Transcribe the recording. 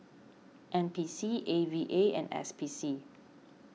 N P C A V A and S P C